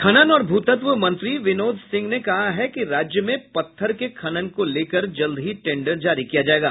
खनन और भूतत्व मंत्री विनोद सिंह ने कहा है कि राज्य में पत्थर के खनन को लेकर जल्द ही टेंडर जारी किया जायेगा